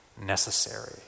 necessary